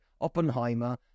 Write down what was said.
Oppenheimer